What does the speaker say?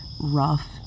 rough